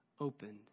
opened